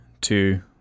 two